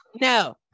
no